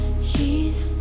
Heat